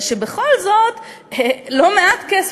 שבכל זאת לא מעט כסף.